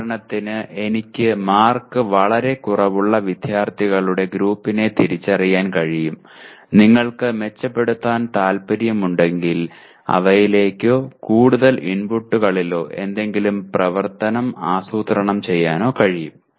ഉദാഹരണത്തിന് എനിക്ക് മാർക്ക് വളരെ കുറവുള്ള വിദ്യാർത്ഥികളുടെ ഗ്രൂപ്പിനെ തിരിച്ചറിയാൻ കഴിയും നിങ്ങൾക്ക് മെച്ചപ്പെടുത്താൻ താൽപ്പര്യമുണ്ടെങ്കിൽ അവയിലേക്കോ കൂടുതൽ ഇൻപുട്ടുകളിലോ എന്തെങ്കിലും പ്രവർത്തനം ആസൂത്രണം ചെയ്യാനോ കഴിയും